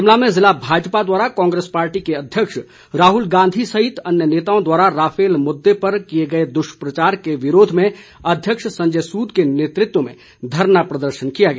शिमला में ज़िला भाजपा द्वारा कांग्रेस पार्टी के अध्यक्ष राहुल गांधी सहित अन्य नेताओं द्वारा राफेल मुद्दे पर किए गए दुष्प्रचार के विरोध में अध्यक्ष संजय सूद के नेतृत्व में धरना प्रदर्शन किया गया